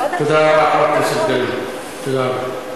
אני מדברת על, תודה רבה, חברת